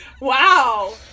Wow